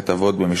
במסכת אבות: